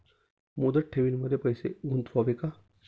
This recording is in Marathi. मुदत ठेवींमध्ये पैसे गुंतवावे का?